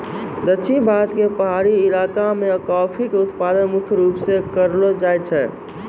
दक्षिण भारत के पहाड़ी इलाका मॅ कॉफी के उत्पादन मुख्य रूप स करलो जाय छै